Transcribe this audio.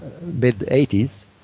mid-80s